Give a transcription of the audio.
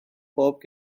bob